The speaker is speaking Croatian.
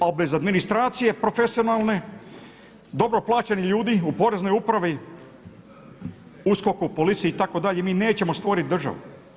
A bez administracije profesionalne dobro plaćeni ljudi u Poreznoj upravi, USKOK-u, policiji itd. mi nećemo stvoriti državu.